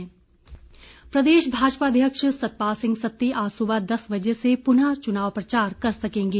सतपाल सत्ती प्रदेश भाजपा अध्यक्ष सतपाल सिंह सत्ती आज सुबह दस बजे से पुनः चुनाव प्रचार कर सकेंगे